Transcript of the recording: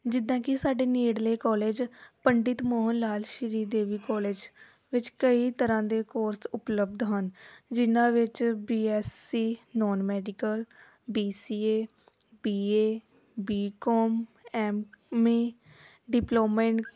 ਜਿੱਦਾਂ ਕਿ ਸਾਡੇ ਨੇੜਲੇ ਕੋਲਜ ਪੰਡਿਤ ਮੋਹਨ ਲਾਲ ਸ਼੍ਰੀ ਦੇਵੀ ਕੋਲਜ ਵਿੱਚ ਕਈ ਤਰ੍ਹਾਂ ਦੇ ਕੋਰਸ ਉਪਲਬਧ ਹਨ ਜਿਹਨਾਂ ਵਿੱਚ B S C non medical B C A B A B com M A diploma in